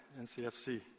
NCFC